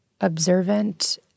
observant